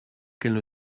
qu’elle